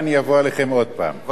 בבקשה, חבר הכנסת רותם.